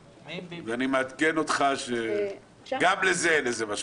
אז אני מעדכן אותך שגם לזה אין לזה משמעות.